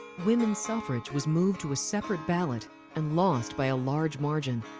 women's suffrage was moved to a separate ballot and lost by a large margin.